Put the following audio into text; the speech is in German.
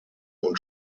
und